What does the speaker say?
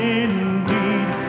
indeed